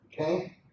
okay